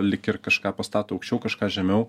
lyg ir kažką pastato aukščiau kažką žemiau